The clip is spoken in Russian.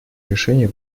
решений